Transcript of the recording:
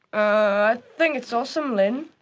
i think it's awesome, lynne.